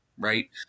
Right